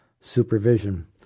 supervision